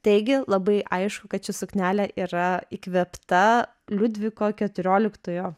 taigi labai aišku kad ši suknelė yra įkvėpta liudviko keturioliktojo